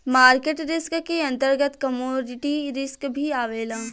market risk के अंतर्गत commodity risk भी आवेला